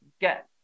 get